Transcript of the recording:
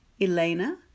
Elena